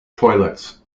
toilets